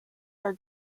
are